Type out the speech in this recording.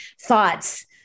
thoughts